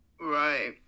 Right